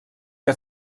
que